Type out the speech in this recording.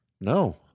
no